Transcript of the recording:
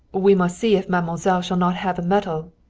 we must see if mademoiselle shall not have a medal,